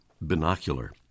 Binocular